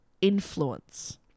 influence